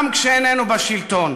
גם כשאיננו בשלטון.